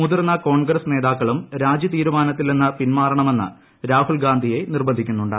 മുതിർന്ന കോൺഗ്രസ് നേതാക്കളും രാജി തീരുമാനത്തിൽ നിന്ന് പിൻമാറണമെന്ന് രാഹുൽഗാന്ധിയെ നിർബന്ധിക്കുന്നുണ്ട്